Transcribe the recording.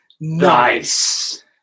Nice